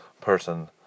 person